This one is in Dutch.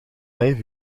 vijf